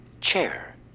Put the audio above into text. Chair